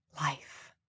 life